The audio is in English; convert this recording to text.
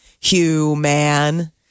human